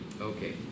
Okay